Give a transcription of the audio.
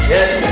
Yes